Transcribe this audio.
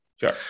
Sure